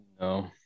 No